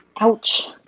Ouch